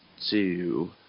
two